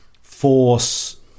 force